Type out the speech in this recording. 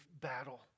battle